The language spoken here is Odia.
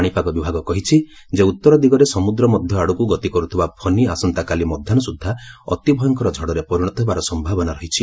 ପାଣିପାଗ ବିଭାଗ କହିଛି ଯେ ଉତ୍ତର ଦିଗରେ ସମୁଦ୍ର ମଧ୍ୟ ଆଡ଼କୁ ଗତି କରୁଥିବା ଫନି ଆସନ୍ତାକାଲି ମଧ୍ୟାହୁ ସୁଦ୍ଧା ଅତି ଭୟଙ୍କର ଝଡ଼ରେ ପରିଣତ ହେବାର ସମ୍ଭାବନା ରହିଛି